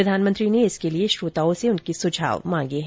प्रधानमंत्री ने इसके लिए श्रोताओं से सुझाव मांगे हैं